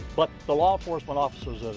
what the law enforcement officers,